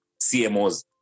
CMOs